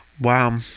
Wow